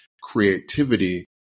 creativity